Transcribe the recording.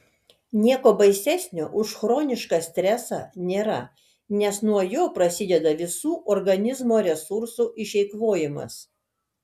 nieko baisesnio už chronišką stresą nėra nes nuo jo prasideda visų organizmo resursų išeikvojimas